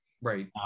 right